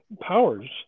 powers